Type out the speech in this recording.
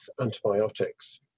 antibiotics